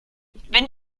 wenn